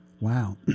Wow